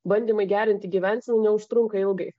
bandymai gerinti gyvenseną neužtrunka ilgai